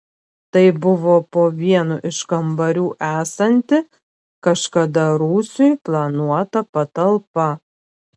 tai buvo po vienu iš kambarių esanti kažkada rūsiui planuota patalpa